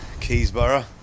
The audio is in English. Keysborough